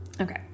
Okay